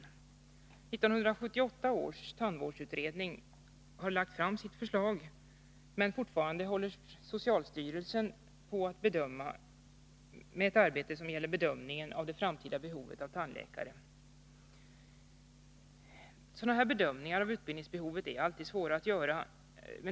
1978 års tandvårdsutredning har lagt fram sitt förslag, men socialstyrelsen håller fortfarande på med att bedöma det framtida behovet av tandläkare. Bedömningar av utbildningsbehovet är alltid svåra att göra.